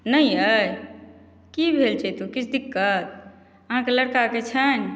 नहि अछि कि भेल चेतू किछु दिक्कत अहाँके लड़काके छन्हि